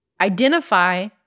Identify